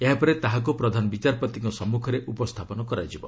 ଏହାପରେ ତାହାକୁ ପ୍ରଧାନ ବିଚାରପତିଙ୍କ ସମ୍ମୁଖରେ ଉପସ୍ଥାପନ କରାଯିବ